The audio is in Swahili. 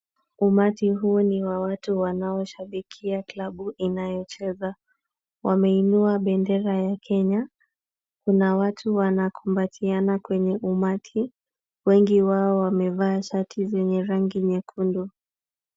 Umati huu ni wawatu wanaoshabikia klabu inayocheza, wameinua bendera ya Kenya. Kuna watu wanakumbatiana kwenye umati, wengi wao wamevaa shati zenye rangi nyekundu.